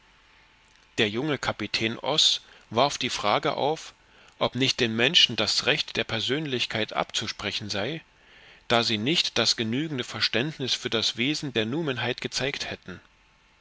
der junge kapitän oß warf die frage auf ob nicht den menschen das recht der persönlichkeit abzusprechen sei da sie nicht das genügende verständnis für das wesen der numenheit gezeigt hätten